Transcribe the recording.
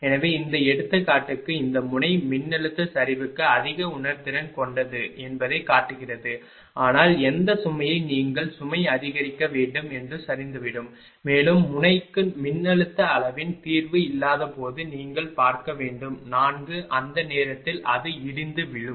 எனவே இந்த எடுத்துக்காட்டுக்கு இந்த முனை மின்னழுத்த சரிவுக்கு அதிக உணர்திறன் கொண்டது என்பதைக் காட்டுகிறது ஆனால் எந்த சுமையை நீங்கள் சுமை அதிகரிக்க வேண்டும் என்று சரிந்துவிடும் மேலும் முனைக்கு மின்னழுத்த அளவின் தீர்வு இல்லாதபோது நீங்கள் பார்க்க வேண்டும் 4 அந்த நேரத்தில் அது இடிந்து விழும்